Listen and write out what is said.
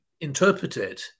interpreted